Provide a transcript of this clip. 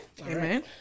Amen